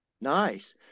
Nice